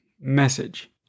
Message